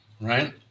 right